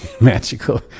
magical